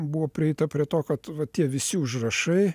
buvo prieita prie to kad va tie visi užrašai